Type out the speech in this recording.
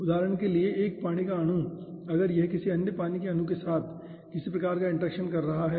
उदाहरण के लिए 1 पानी का अणु अगर यह किसी अन्य पानी के अणु के साथ किसी प्रकार की इंटरेक्शन कर रहा है